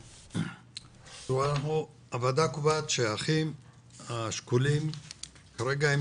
הוועדה קובעת שהאחים השכולים כרגע הם